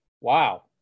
wow